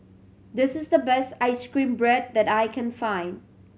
this is the best ice cream bread that I can find